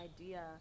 idea